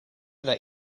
that